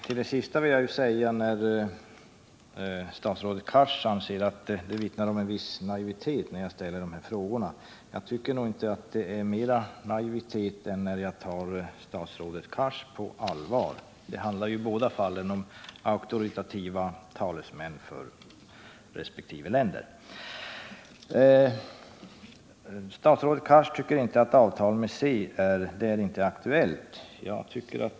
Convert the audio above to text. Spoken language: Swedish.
Herr talman! Statsrådet Cars anser att mina frågor vittnar om en viss naivitet. Jag tycker inte att det är mera naivt av mig att ställa dem än att jag tar statsrådet Cars på allvar. Det handlar i båda fallen om auktoritativa talesmän för resp. länder. Statsrådet Cars tycker inte att ett avtal med SEV är aktuellt.